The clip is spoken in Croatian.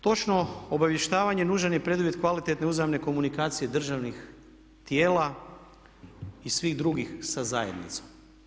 Točno obavještavanje nužan je preduvjet kvalitetne uzajamne komunikacije državnih tijela i svih drugih sa zajednicom.